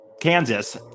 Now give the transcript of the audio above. Kansas